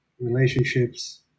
relationships